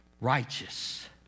righteous